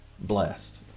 blessed